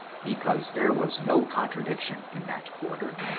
because there was no contradiction in that quarter,